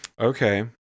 Okay